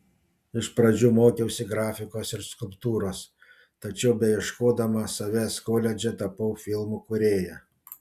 iš pradžių mokiausi grafikos ir skulptūros tačiau beieškodama savęs koledže tapau filmų kūrėja